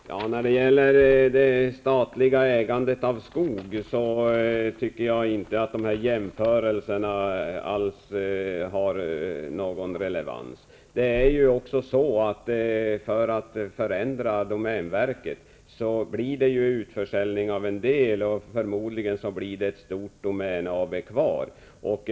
Fru talman! När det gäller det statliga ägandet av skog tycker jag inte att de här jämförelserna har någon relevans alls. För att domänverket skall kunna förändras blir det utförsäljning till viss del, men förmodligen blir det ett stort Domän AB kvar.